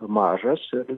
mažas ir